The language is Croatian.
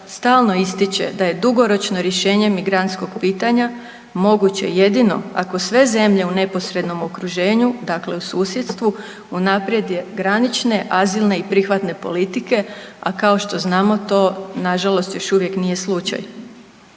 stalno ističe da je dugoročno rješenje migrantskog pitanja moguće jedino ako sve zemlje u neposrednom okruženju, dakle u susjedstvu unaprijede granične, azilne i prihvatne politike, a kao što znamo to nažalost još uvijek nije slučaj.